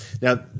Now